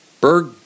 Berg